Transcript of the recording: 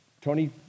Tony